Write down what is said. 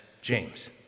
James